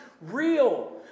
real